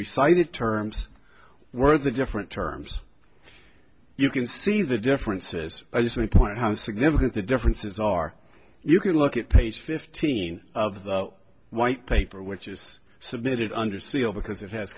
reciting terms were the different terms you can see the differences are just one point how significant the differences are you can look at page fifteen of the white paper which is submitted under seal because it has